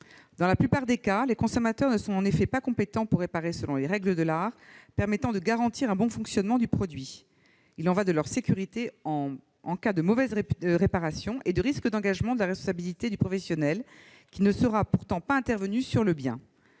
Dans la plupart des cas, les consommateurs ne sont en effet pas compétents pour réparer un produit selon les règles de l'art, qui permettent de garantir son bon fonctionnement. Il y va de leur sécurité en cas de mauvaise réparation, mais aussi de la responsabilité du professionnel qui ne sera pourtant pas intervenu sur le bien.